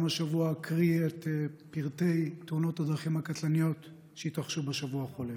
גם השבוע אקריא את פרטי תאונות הדרכים הקטלניות שהתרחשו בשבוע החולף: